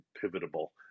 pivotal